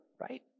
right